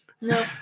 No